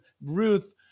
Ruth